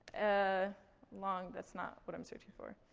ah long that's not what i'm searching for.